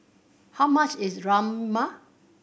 how much is Rajma